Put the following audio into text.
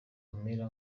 amera